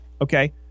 okay